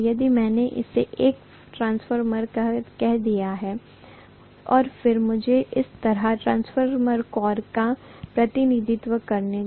यदि मैंने इसे एक ट्रांसफार्मर कह दिया है और मुझे इस तरह ट्रांसफार्मर कोर का प्रतिनिधित्व करने दें